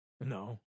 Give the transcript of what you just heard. No